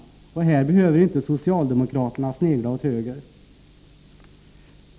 Här behöver inte socialdemokraterna snegla åt höger.